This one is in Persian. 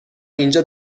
اینجا